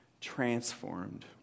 transformed